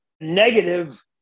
negative